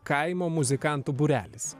kaimo muzikantų būrelis